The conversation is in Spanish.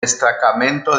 destacamento